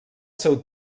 seu